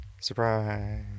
surprise